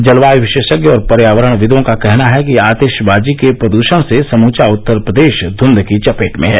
जलवायू विशेषज्ञ और पर्यावरणविदों का कहना है कि आतिशबाजों के प्रदूषण से समूचा उत्तर प्रदेश धुंध की चपेट में है